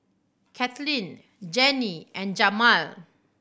Kathlyn Jenni and Jamal